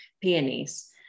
peonies